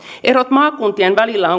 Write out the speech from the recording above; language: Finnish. erot maakuntien välillä